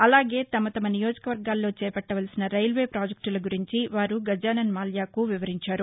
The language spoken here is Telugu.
అలాగే తమ తమ నియోజక వర్గాల్లో చేపట్టవలసిన రైల్వే పాజెక్టుల గురించి వారు గజానన్ మాల్యాకు వివరించారు